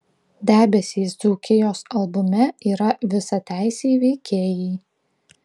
debesys dzūkijos albume yra visateisiai veikėjai